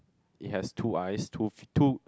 it has two eyes two f~ two